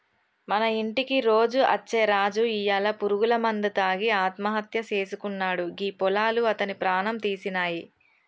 మన ఇంటికి రోజు అచ్చే రాజు ఇయ్యాల పురుగుల మందు తాగి ఆత్మహత్య సేసుకున్నాడు గీ పొలాలు అతని ప్రాణం తీసినాయి